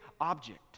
object